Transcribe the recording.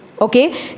Okay